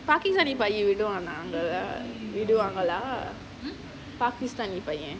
pakistani பையன் விடுவார்களா:paiyan viduvangala pakistani பையன்:paiyan